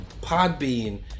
Podbean